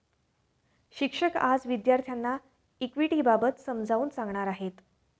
शिक्षक आज विद्यार्थ्यांना इक्विटिबाबत समजावून सांगणार आहेत